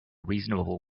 reasonable